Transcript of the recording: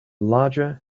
larger